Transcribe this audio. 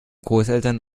großeltern